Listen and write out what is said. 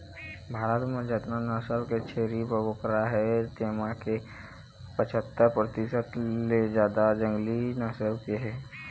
भारत म जतना नसल के छेरी बोकरा हे तेमा के पछत्तर परतिसत ले जादा जंगली नसल के हे